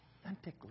authentically